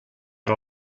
per